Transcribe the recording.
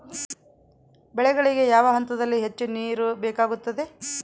ಬೆಳೆಗಳಿಗೆ ಯಾವ ಹಂತದಲ್ಲಿ ಹೆಚ್ಚು ನೇರು ಬೇಕಾಗುತ್ತದೆ?